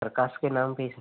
प्रकाश के नाम पर ही सर